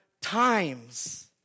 times